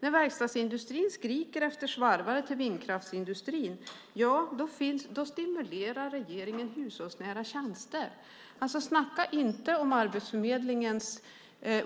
När verkstadsindustrin skriker efter svarvare till vindkraftsindustrin stimulerar regeringen hushållsnära tjänster. Snacka inte om Arbetsförmedlingens